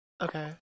Okay